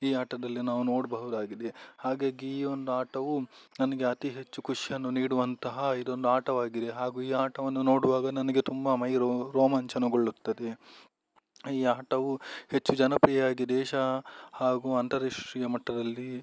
ಈ ಆಟದಲ್ಲಿ ನಾವು ನೋಡಬಹುದಾಗಿದೆ ಹಾಗಾಗಿ ಈ ಒಂದು ಆಟವು ನನಗೆ ಅತಿ ಹೆಚ್ಚು ಖುಷಿಯನ್ನು ನೀಡುವಂತಹ ಇದೊಂದು ಆಟವಾಗಿದೆ ಹಾಗೂ ಈ ಆಟವನ್ನು ನೋಡುವಾಗ ನನಗೆ ತುಂಬಾ ಮೈ ರೋಮಾಂಚನಗೊಳ್ಳುತ್ತದೆ ಈ ಆಟವು ಹೆಚ್ಚು ಜನಪ್ರಿಯವಾಗಿ ದೇಶ ಹಾಗೂ ಅಂತಾರಾಷ್ಟ್ರೀಯ ಮಟ್ಟದಲ್ಲಿ